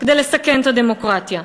כדי לסכן את הדמוקרטיה.